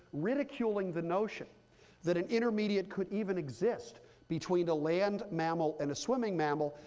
ridiculing the notion that an intermediate could even exist between a land mammal and a swimming mammal.